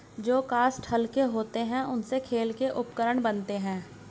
जो काष्ठ हल्के होते हैं, उनसे खेल के उपकरण बनते हैं